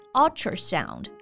ultrasound